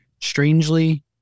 strangely